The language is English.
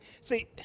see